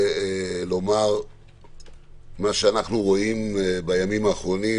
מה שאנחנו רואים בימים האחרונים